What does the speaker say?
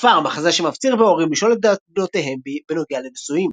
הכפר" - מחזה שמפציר בהורים לשאול את דעת בנותיהם בנוגע לנישואים